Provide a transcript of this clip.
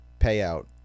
payout